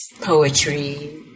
poetry